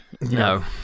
no